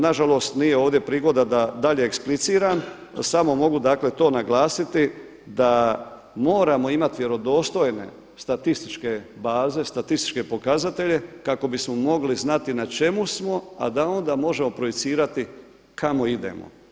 Na žalost nije ovdje prigoda da dalje ekspliciram, to samo mogu dakle to naglasiti da moramo imati vjerodostojne statističke baze, statističke pokazatelje kako bismo mogli znati na čemu smo, a da onda možemo projicirati kamo idemo.